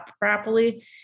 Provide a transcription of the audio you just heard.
properly